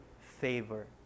favor